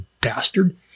bastard